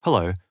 Hello